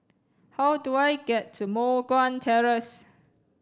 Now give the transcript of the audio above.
how do I get to Moh Guan Terrace